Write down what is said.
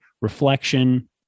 reflection